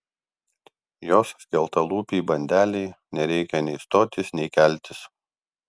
jos skeltalūpei bandelei nereikia nei stotis nei keltis